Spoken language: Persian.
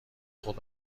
خود